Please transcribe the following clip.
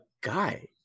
guy